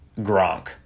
Gronk